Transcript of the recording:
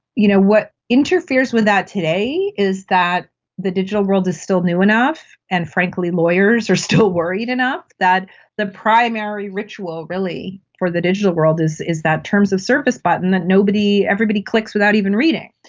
you know what interferes with that today is that the digital world is still new enough and, frankly, lawyers are still worried enough that the primary ritual really for the digital world is is that terms of service button that everybody clicks without even reading.